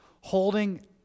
Holding